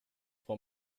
for